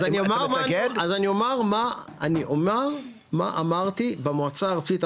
אני אומר מה אמרתי במועצה הארצית,